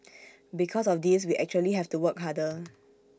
because of this we actually have to work harder